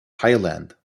highland